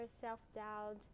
Self-doubt